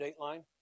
Dateline